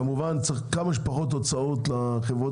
כמובן שצריך כמה שפחות הוצאות לחברות